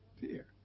fear